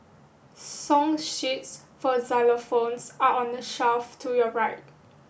song sheets for xylophones are on the shelf to your right